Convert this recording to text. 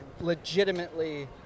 legitimately